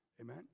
Amen